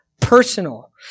personal